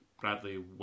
Bradley